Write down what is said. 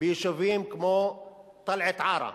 ביישובים כמו טלעת-עארה,